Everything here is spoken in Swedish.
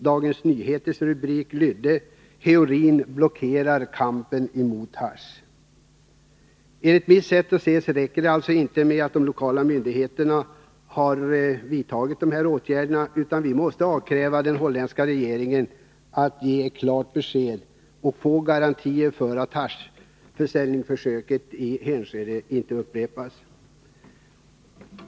Dagens Nyheters rubrik lydde: Heroin blockerar kampen mot hasch. Enligt mitt sätt att se på saken räcker det inte med de av de lokala myndigheterna vidtagna åtgärderna. Vi måste också avkräva den holländska regeringen ett klart besked. Vi måste få garantier för att haschförsäljningsförsöket i Enschede inte upprepas.